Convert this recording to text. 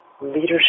Leadership